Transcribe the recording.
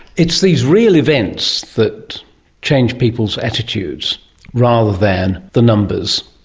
it's these real events that change people's attitudes rather than the numbers,